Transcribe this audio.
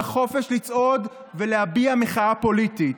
בחופש לצעוד ולהביע מחאה פוליטית.